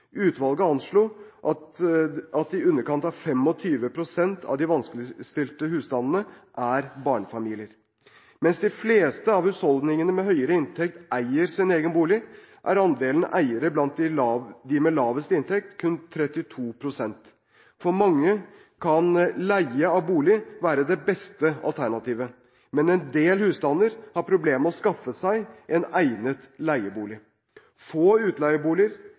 Utvalget anslo at i underkant av 25 pst. av de vanskeligstilte husstandene er barnefamilier. Mens de fleste av husholdningene med høyere inntekt eier sin egen bolig, er andelen eiere blant dem med lavest inntekt kun 32 pst. For mange kan leie av bolig være det beste alternativet, men en del husstander har problemer med å skaffe seg en egnet leiebolig. Få utleieboliger,